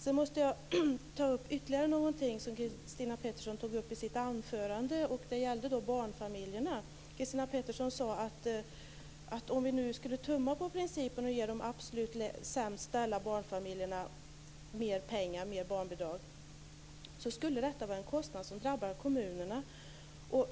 Jag vill ta upp ytterligare något som Christina Pettersson tog upp i sitt anförande. Det gäller barnfamiljerna. Christina Pettersson sade att om vi nu skulle tumma på principen och ge de absolut sämst ställda barnfamiljerna mer pengar, mer barnbidrag, skulle det bli en kostnad som drabbade kommunerna.